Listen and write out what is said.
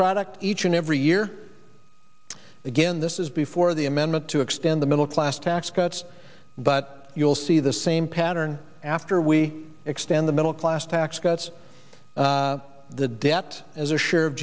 product each and every year again this is before the amendment to extend the middle class tax cuts but you'll see the same pattern after we extend the middle class tax cuts the debt as a share of